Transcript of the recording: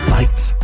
Lights